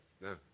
No